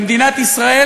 במדינת ישראל,